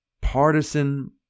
partisan